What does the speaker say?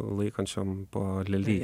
laikančiom po leliją